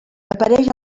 apareix